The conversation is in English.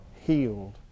healed